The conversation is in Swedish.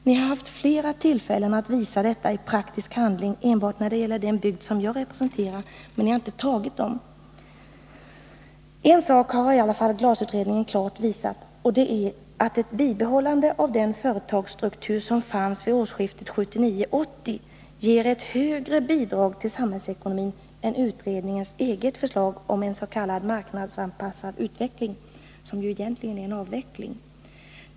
Ni har haft flera tillfällen att i praktisk handling visa om ni fortfarande har dem kvar enbart när det gäller den bygd som jag representerar, men ni har inte tagit dem i akt. En sak har i alla fall glasutredningen klart visat, och det är att ett bibehållande av den företagsstruktur som fanns vid årsskiftet 1979-1980 ger ett högre bidrag till samhällsekonomin än utredningens eget förslag om en s.k. marknadsanpassad utveckling — som ju egentligen innebär en avveckling.